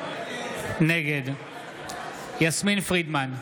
נגד יסמין פרידמן,